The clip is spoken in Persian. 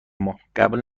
ما، قبول